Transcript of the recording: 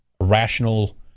rational